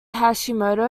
hashimoto